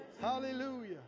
Hallelujah